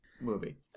movie